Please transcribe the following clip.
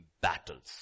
battles